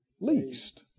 least